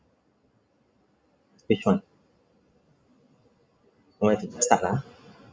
which [one] don't know where to start ah